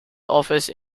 office